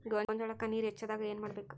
ಗೊಂಜಾಳಕ್ಕ ನೇರ ಹೆಚ್ಚಾದಾಗ ಏನ್ ಮಾಡಬೇಕ್?